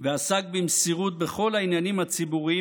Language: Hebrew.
ועסק במסירות בכל העניינים הציבוריים